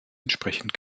entsprechend